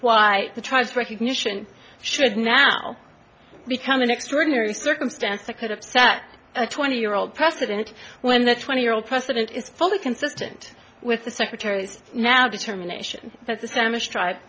why the tribes recognition should now become an extraordinary circumstance that could have sat a twenty year old precedent when the twenty year old precedent is fully consistent with the secretary's now determination that the salmon strike